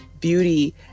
beauty